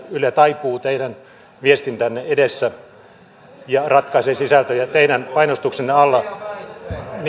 yle taipuu teidän viestintänne edessä ja ratkaisee sisältöjä teidän painostuksenne alla